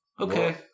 okay